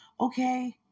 Okay